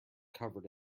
covered